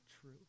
true